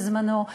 בזמנו.